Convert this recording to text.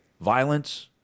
violence